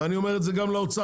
ואני אומר את זה גם לאוצר,